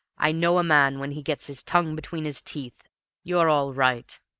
i know a man when he gets his tongue between his teeth you're all right.